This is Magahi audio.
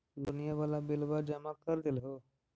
लोनिया वाला बिलवा जामा कर देलहो?